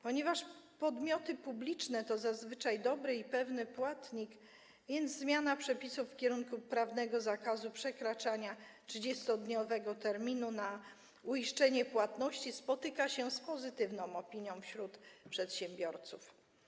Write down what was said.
Ponieważ podmioty publiczne to zazwyczaj dobry i pewny płatnik, więc zmiana przepisów w kierunku prawnego zakazu przekraczania 30-dniowego terminu uiszczenia płatności spotyka się z pozytywną opinią wśród przedsiębiorców.